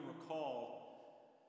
recall